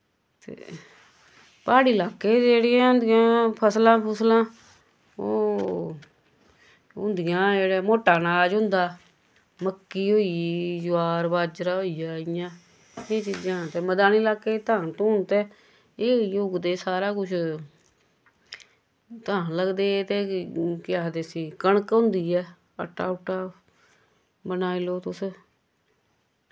ते प्हाड़ी लाक्के जेह्ड़ियां होंदियां फसलां फुसलां ओह् होंदियां जेह्ड़ा मोटा अनाज होंदा मक्की होई गेई जवार बाज्जरा होई गेआ इ'यां एह् चीजां न ते मदानी लाक्कें च धान धून ते एह् ही उगदे सारा कुछ धान लगदे ते केह् आखदे उस्सी कनक होंदी ऐ आट्टा उट्टा बनाई लो तुस